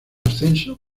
ascenso